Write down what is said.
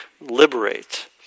liberate